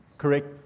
Correct